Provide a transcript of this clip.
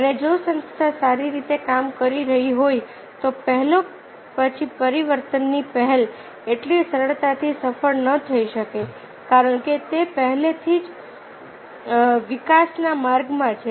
અને જો સંસ્થા સારી રીતે કામ કરી રહી હોય તો પહેલો પછી પરિવર્તનની પહેલ એટલી સરળતાથી સફળ ન થઈ શકે કારણ કે તે પહેલેથી જ વિકાસના માર્ગમાં છે